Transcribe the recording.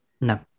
no